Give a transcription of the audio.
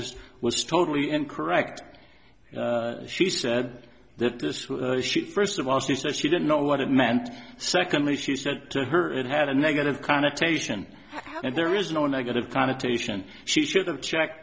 psychiatry was totally incorrect she said that this was first of all she said she didn't know what it meant secondly she said to her it had a negative connotation and there is no negative connotation she should have check